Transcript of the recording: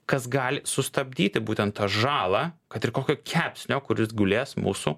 kas gali sustabdyti būtent tą žalą kad ir kokio kepsnio kuris gulės mūsų